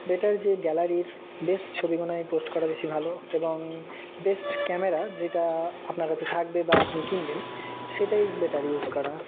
better যে গ্যালারির best ছবিগুলোয় পোস্ট করা বেশি ভালো এবং বেস্ট ক্যামেরা যেটা আপনার কাছে থাকবে বা আপনি কিনবেন সেটাই বেটার ইউজ করা